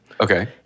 Okay